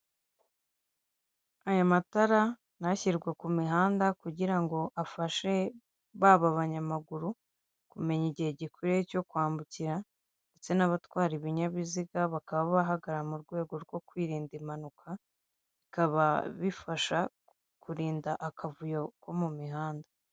Aya matara ni ashyirwa ku mihanda kugira ngo afashe baba abanyamaguru kumenya igihe gikwiye cyo kwambukira ndetse n'abatwara ibinyabiziga bakaba bahagarara mu rwego rwo kwirinda impanuka bikaba bifasha kurinda akavuyo ko mu mihanda .